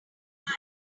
good